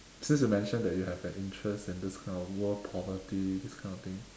since you mentioned that you have an interest in this kind of world poverty this kind of thing